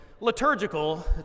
liturgical